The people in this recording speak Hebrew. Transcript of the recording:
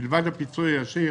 מלבד הפיצוי הישיר,